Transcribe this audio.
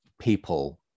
people